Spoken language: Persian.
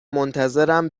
منتظرم